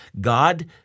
God